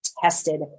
tested